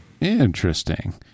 Interesting